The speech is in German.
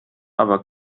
aber